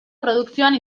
produkzioan